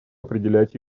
определять